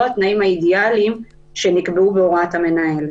התנאים האידיאליים שנקבעו בהוראת המנהל.